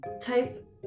type